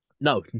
no